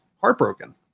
heartbroken